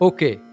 Okay